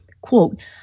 quote